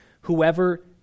whoever